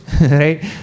Right